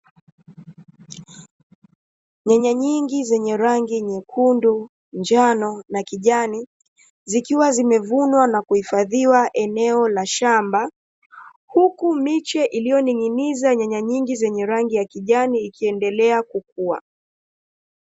Nyanya nyingi zenye rangi nyekundu, njano, na kijani zikiwa zimevunwa na kuhifadhiwa eneo la shamba, huku miche ikiwa imening'iniza nyanya nyingi za kijani huku zikiendelea kukua.